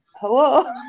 Hello